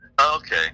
Okay